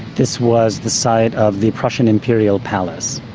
this was the site of the prussian imperial palace,